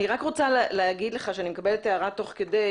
אני רק רוצה להגיד לך שקיבלתי הערה תוך כדי